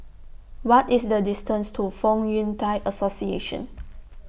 What IS The distance to Fong Yun Thai Association